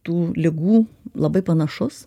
tų ligų labai panašus